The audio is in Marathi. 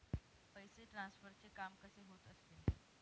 पैसे ट्रान्सफरचे काम कसे होत असते?